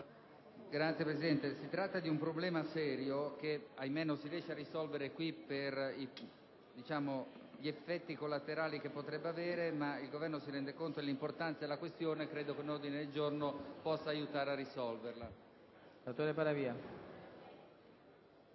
Signor Presidente, si tratta di un problema serio che – ahime`! – non si riesce a risolvere in questa sede per gli effetti collaterali che potrebbe produrre. Il Governo si rende conto dell’importanza della questione, ma crede che un ordine del giorno potrebbe aiutare a risolverla.